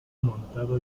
montado